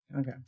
Okay